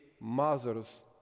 mothers